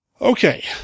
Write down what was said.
Okay